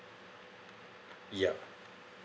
yup